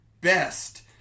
best